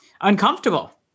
uncomfortable